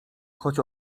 choć